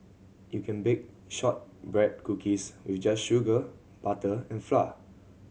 you can bake shortbread cookies with just sugar butter and flour